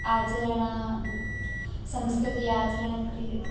आचरणसंस्कृतिः आचरणङ्क्रियते